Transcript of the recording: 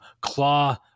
claw